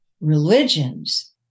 religions